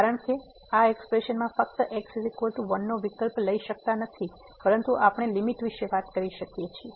કારણ કે આપણે આ એક્સપ્રેશન માં ફક્ત x 1 નો વિકલ્પ લઈ શકતા નથી પરંતુ આપણે લીમીટ વિશે વાત કરી શકીએ છીએ